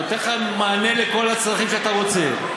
זה נותן לך מענה לכל הצרכים שאתה רוצה,